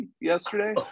yesterday